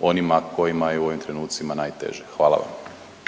onima kojima je u ovim trenucima najteže. Hvala vam.